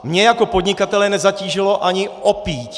Mě jako podnikatele nezatížilo ani o píď.